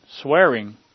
swearing